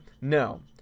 No